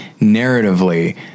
narratively